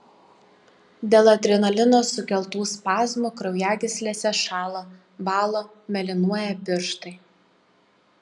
dėl adrenalino sukeltų spazmų kraujagyslėse šąla bąla mėlynuoja pirštai